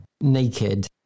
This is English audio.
naked